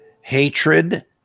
hatred